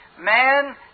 Man